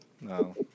No